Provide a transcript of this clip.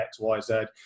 xyz